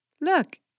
Look